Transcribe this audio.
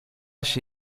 się